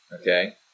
okay